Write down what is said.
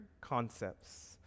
concepts